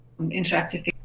interactive